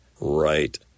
right